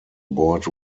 board